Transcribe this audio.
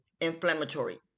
inflammatory